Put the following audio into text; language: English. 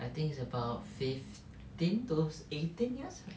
I think it's about fifteen to eighteen years